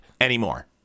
anymore